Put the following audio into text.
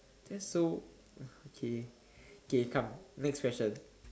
that's so okay okay come next question